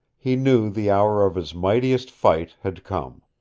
he knew the hour of his mightiest fight had come.